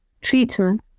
treatment